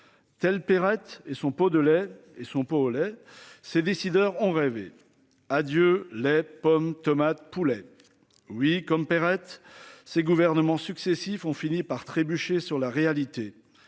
pot de lait et son pot au lait, ces décideurs ont rêvé. Adieu lait pommes tomates poulet oui comme Perrette ses gouvernements successifs ont fini par trébucher sur la réalité